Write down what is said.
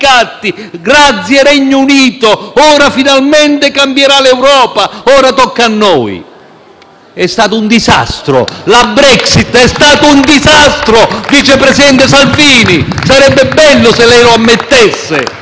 È stato un disastro. La Brexit è stata un disastro, vice presidente Salvini! *(Applausi dal Gruppo PD)*. Sarebbe bello se lei lo ammettesse perché in politica si può sbagliare ma quando si sbaglia si deve avere l'onestà di ammetterlo.